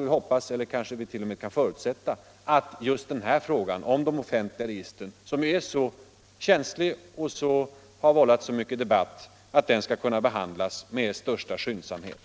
vi hoppas — vi kanske t.o.m. kan förutsätta — att just denna fråga om de offentliga registren som är så känslig och har vållat så mycken debatt skall kunna behandlas med största skyndsamhet.